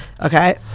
okay